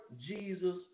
Jesus